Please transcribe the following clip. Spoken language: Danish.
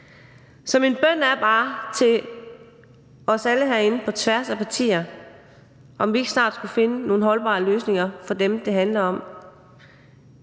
Så min bøn er bare til alle herinde på tværs af partier, om vi ikke snart skulle finde nogle holdbare løsninger for dem, det handler om;